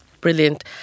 brilliant